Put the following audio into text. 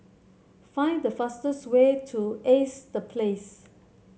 find the fastest way to Ace The Place